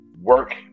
work